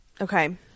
okay